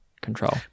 control